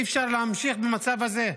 אי-אפשר להמשיך במצב הזה.